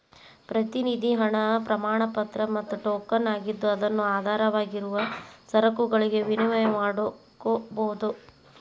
ಪ್ರತಿನಿಧಿ ಹಣ ಪ್ರಮಾಣಪತ್ರ ಮತ್ತ ಟೋಕನ್ ಆಗಿದ್ದು ಅದನ್ನು ಆಧಾರವಾಗಿರುವ ಸರಕುಗಳಿಗೆ ವಿನಿಮಯ ಮಾಡಕೋಬೋದು